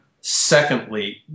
Secondly